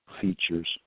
features